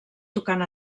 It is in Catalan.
tocant